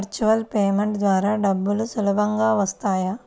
Virtual payment ద్వారా డబ్బులు సులభంగా వస్తాయా?